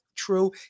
true